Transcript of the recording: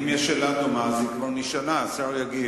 אם יש שאלה דומה, היא כבר נשאלה, השר יגיב.